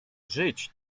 żyć